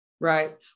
Right